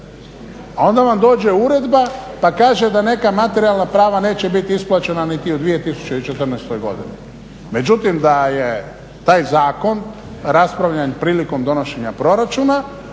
a onda vam dođe uredba pa kaže da neka materijalna prava neće biti isplaćena niti u 2014. godini. Međutim da je taj zakon raspravljen prilikom donošenja proračuna